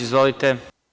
Izvolite.